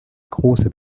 große